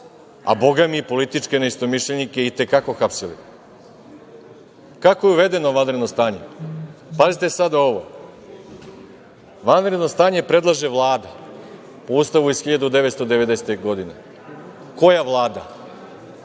a bogami i političke neistomišljenike i te kako hapsili. Kako je uvedeno vanredno stanje? Pazite sada ovo, vanredno stanje predlaže Vlada po Ustavu iz 1990. godine. Koja Vlada?